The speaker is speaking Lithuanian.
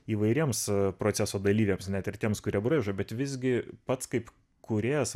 įvairiems proceso dalyviams net ir tiems kurie braižo bet visgi pats kaip kūrėjas